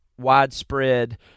widespread